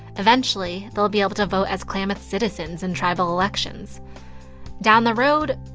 eventually, they'll be able to vote as klamath citizens in tribal elections down the road,